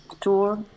tour